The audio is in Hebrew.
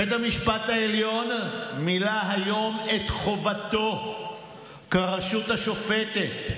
בית המשפט העליון מילא היום את חובתו כרשות השופטת,